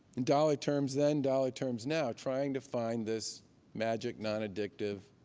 in dollar terms then, dollar terms now, trying to find this magic, non-addictive